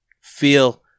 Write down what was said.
feel